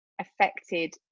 affected